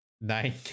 nine